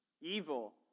evil